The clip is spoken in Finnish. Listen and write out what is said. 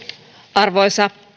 arvoisa